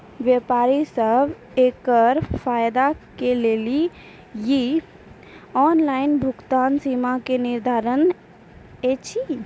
व्यापारी सब एकरऽ फायदा ले सकै ये? ऑनलाइन भुगतानक सीमा की निर्धारित ऐछि?